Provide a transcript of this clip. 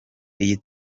iyi